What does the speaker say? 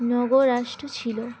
নগর রাষ্ট্র ছিল